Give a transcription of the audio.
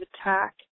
attack